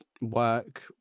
work